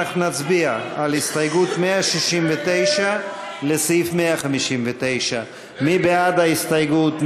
אנחנו נצביע על הסתייגות 169 לסעיף 159. מי בעד ההסתייגות?